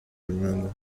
hermano